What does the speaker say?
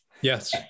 yes